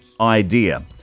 idea